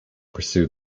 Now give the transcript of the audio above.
pursue